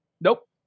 Nope